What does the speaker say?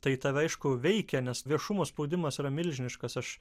tai tave aišku veikia nes viešumo spaudimas yra milžiniškas aš